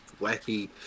wacky